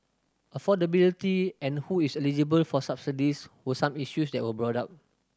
affordability and who is eligible for subsidies were some issues that were brought up